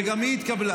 וגם היא התקבלה.